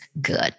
good